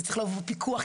זה צריך לעבור פיקוח,